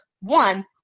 One